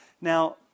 Now